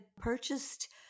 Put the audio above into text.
purchased